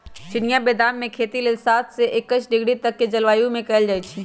चिनियाँ बेदाम के खेती लेल सात से एकइस डिग्री तक के जलवायु में कएल जाइ छइ